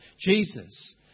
Jesus